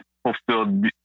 Fulfilled